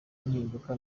impinduka